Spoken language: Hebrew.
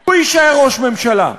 הוא יישאר ראש הממשלה.